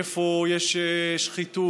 איפה יש שחיתות,